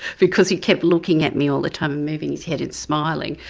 because he kept looking at me all the time and moving his head and smiling,